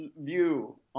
view